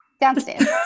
Downstairs